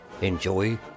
Enjoy